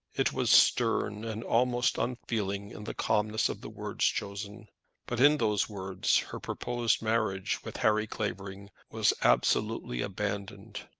it was stern and almost unfeeling in the calmness of the words chosen but in those words her proposed marriage with harry clavering was absolutely abandoned.